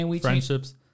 friendships